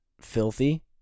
filthy